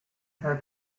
her